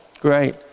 Great